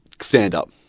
stand-up